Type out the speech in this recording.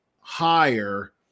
higher